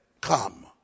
come